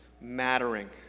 mattering